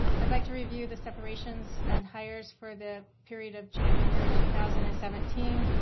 i'd like to review the separations and hires for the period of january two thousand and seventeen.